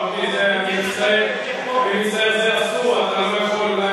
אני מצטער, זה אסור, אתה לא יכול.